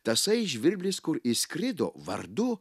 tasai žvirblis kur išskrido vardu